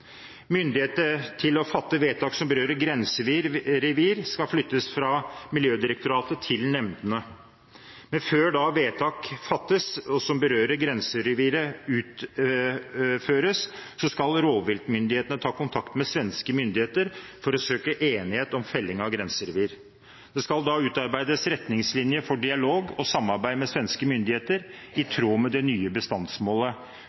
myndigheter som kan fatte vedtak om felling når bestanden er under bestandsmålet. Myndighet til å fatte vedtak som berører grenserevir, skal flyttes fra Miljødirektoratet til nemndene, men før det fattes vedtak som berører grenserevir, skal rovviltmyndigheten ta kontakt med svenske myndigheter for å søke enighet om felling av grenseulv. Det skal da utarbeides retningslinjer for dialog og samarbeid med svenske myndigheter, i